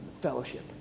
fellowship